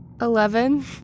Eleven